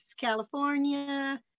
California